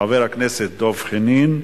חבר הכנסת דב חנין,